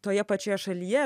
toje pačioje šalyje